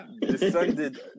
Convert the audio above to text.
descended